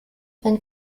wenn